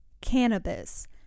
cannabis